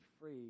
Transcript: free